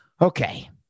Okay